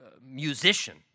musician